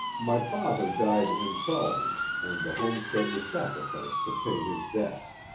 my father died insolvent and the homestead was sacrificed to pay his debts.